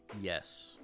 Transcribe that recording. Yes